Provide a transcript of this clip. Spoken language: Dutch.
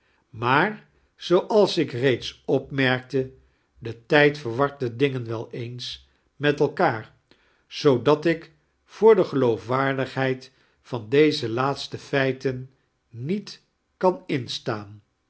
maar zooals ik reeds opmarkte de tijd verwart de dingen wel eens met elkaar zoodat ik voor die geloofwaardigheid van deze laatste feiten niet kan instaan